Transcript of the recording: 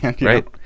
Right